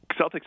Celtics